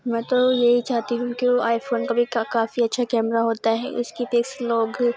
میں تو یہی چاہتی ہوں کہ وہ آئی فون کا بھی کافی اچّھا کیمرہ ہوتا ہے اس کے پکس لوگ